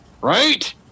Right